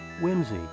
whimsy